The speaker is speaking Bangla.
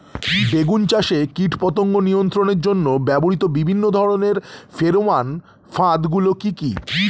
বেগুন চাষে কীটপতঙ্গ নিয়ন্ত্রণের জন্য ব্যবহৃত বিভিন্ন ধরনের ফেরোমান ফাঁদ গুলি কি কি?